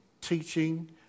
teaching